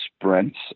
sprints